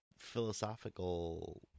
philosophical